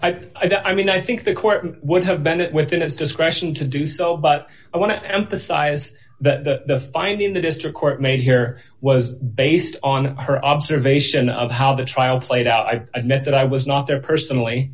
time i mean i think the court would have been within its discretion to do so but i want to emphasize that the finding the district court made here was based on her observation of how the trial played out i admit that i was not there personally